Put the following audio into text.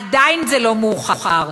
זה עדיין לא מאוחר,